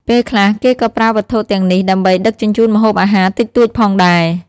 ពេលខ្លះគេក៏ប្រើវត្ថុទាំងនេះដើម្បីដឹកជញ្ជូនម្ហូបអាហារតិចតួចផងដែរ។